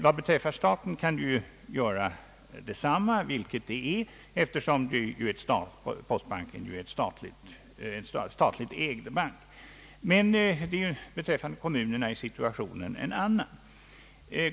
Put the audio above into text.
Vad beträffar staten kan det göra detsamma eftersom postbanken är en statligt ägd bank. Men beträffande kommunerna är situationen en annan.